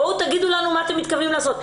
בואו תגידו לנו מה אתם מתכוונים לעשות.